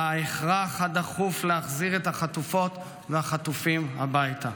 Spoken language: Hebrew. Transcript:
ההכרח הדחוף להחזיר את החטופות והחטופים הביתה.